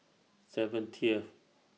seventieth